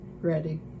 ready